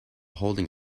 holding